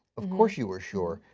of course you were sure.